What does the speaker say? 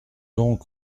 donc